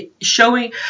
showing